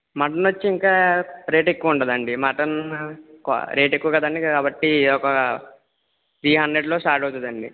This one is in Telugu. మటన్ వచ్చి ఇంకా రేటు ఎక్కువ ఉంటుంది అండి మటను క రేటు ఎక్కువ కదా అండి కాబట్టి ఒక త్రీ హండ్రెడ్లో స్టార్ట్ అవుతుంది అండి